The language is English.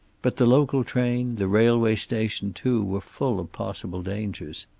but the local train, the railway station, too, were full of possible dangers.